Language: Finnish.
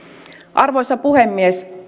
arvoisa puhemies